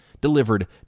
delivered